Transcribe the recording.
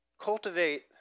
cultivate